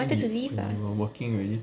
was this when you when you were working already